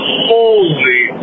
holy